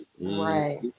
Right